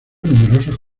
numerosos